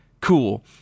cool